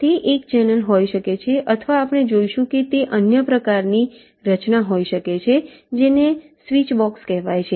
તે એક ચેનલ હોઈ શકે છે અથવા આપણે જોઈશું કે તે અન્ય પ્રકારની રચના હોઈ શકે છે જેને સ્વીચ બોક્સ કહેવાય છે